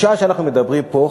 בשעה שאנחנו מדברים פה,